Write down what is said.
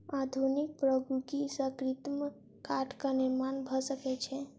आधुनिक प्रौद्योगिकी सॅ कृत्रिम काठक निर्माण भ सकै छै